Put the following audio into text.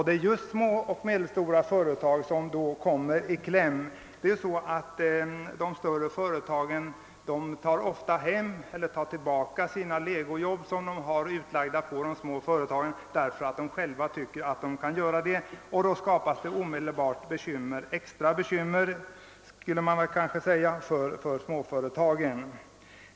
Det är just små och medelstora företag som kommer i kläm. De större företagen tar ofta tillbaka sina legoarbeten, som de har utlagda på småföretagen, därför att de tycker att de själva kan utföra dem. Därigenom skapas omedelbart extra bekymmer för småföretagen.